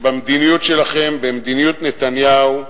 במדיניות שלכם, במדיניות נתניהו,